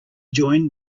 join